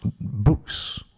books